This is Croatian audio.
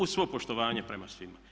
Uz svo poštovanje prema svima.